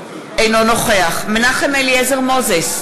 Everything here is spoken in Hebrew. אינו נוכח מנחם אליעזר מוזס,